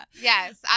yes